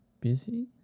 busy